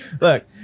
Look